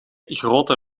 grote